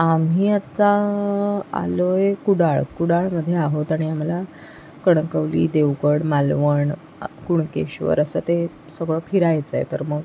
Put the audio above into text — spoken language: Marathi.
आम्ही आत्ता आलो आहे कुडाळ कुडाळमध्ये आहोत आणि आम्हांला कणकवली देवगड मालवण कुणकेश्वर असं ते सगळं फिरायचं आहे तर मग